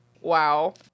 Wow